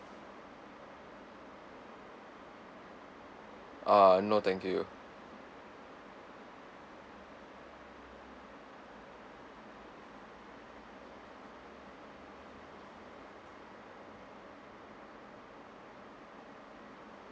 ah no thank you